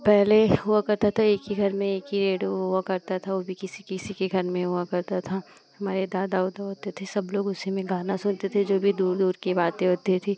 पहले हुआ करता था एक ही घर में एक ही रेडियो हुआ करता था वह भी किसी किसी के घर में हुआ करता था हमारे दादा उदा होते थे सब लोग उसी में गाना सुनते थे जो भी दूर दूर की बातें होती थीं